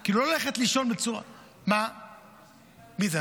כי לא ללכת לישון בצורה ----- מי זה?